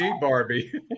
Barbie